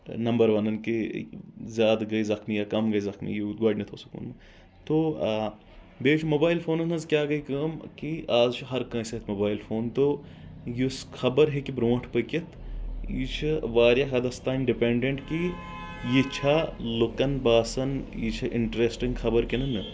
number ونان کہِ زیادٕ گٔے زخمی یا کم گٔے زخمی یوٗت گۄڈٕنٮ۪تھ اوسُکھ وونمُت تو بیٚیہِ چھُ موبایل فونن ۂنٛز کیٛاہ گٔے کٲم کہِ آز چھُ ہر کٲنٛسہِ ہتہِ موبایل فون تو یُس خبر ہیٚکہِ برٛونٛٹھ پٔکِتھ یہِ چھُ واریاہ حدس تام ڈپٮ۪نڈینٹ کہِ یہِ چھا لُکن باسان یہِ چھ اِنٹریسٹنٛگ خبر کِنہٕ نہٕ